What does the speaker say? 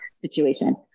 Situation